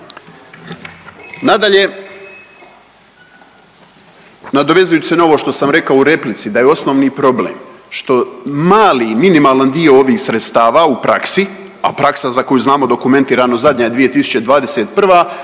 Nadalje, nadovezujući se na ovo što sam rekao u replici da je osnovni problem što mali i minimalan dio ovih sredstava u praksi, a praksa za koju znamo dokumentirano zadnja je 2021.